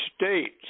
states